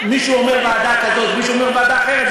שמישהו אומר ועדה כזאת ומישהו אומר ועדה אחרת,